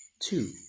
two